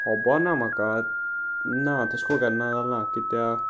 खबर ना म्हाका ना तशें करून केन्ना जाले ना कित्याक